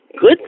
good